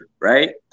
right